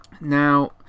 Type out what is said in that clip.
now